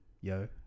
yo